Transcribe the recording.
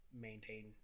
maintain